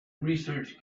research